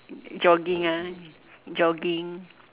jogging ah jogging